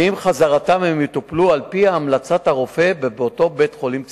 ועם חזרתם הם מטופלים על-פי המלצת הרופא באותו בית-חולים ציבורי.